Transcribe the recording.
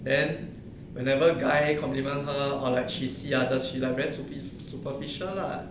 then whenever guy compliment her or like she see others she like very super superficial lah